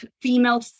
female